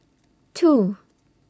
two